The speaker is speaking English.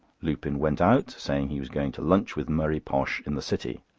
lupin went out, saying he was going to lunch with murray posh in the city.